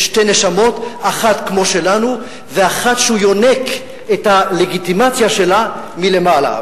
יש שתי נשמות: אחת כמו שלנו ואחת שהוא יונק את הלגיטימציה שלה מלמעלה,